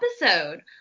episode